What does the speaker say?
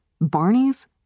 Barney's